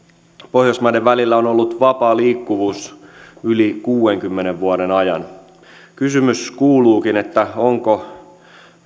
pohjoismaiden välillä on ollut vapaa liikkuvuus yli kuudenkymmenen vuoden ajan kysymys kuuluukin onko